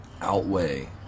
outweigh